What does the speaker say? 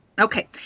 Okay